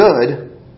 good